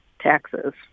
taxes